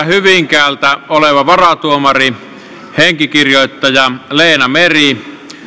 hyvinkäältä oleva varatuomari henkikirjoittaja leena meri